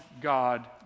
God